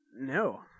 No